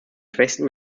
schwächsten